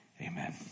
amen